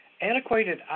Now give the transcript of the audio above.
antiquated